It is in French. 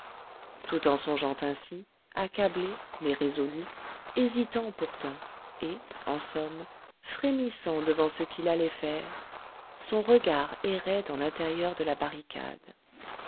tout en songeant ainsi accablé mais résolu hésitant pourtant et en somme frémissant devant ce qu'il allait faire son regard errait dans l'intérieur de la barricade